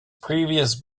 previous